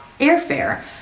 airfare